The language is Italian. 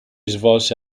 svolse